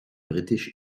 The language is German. britisch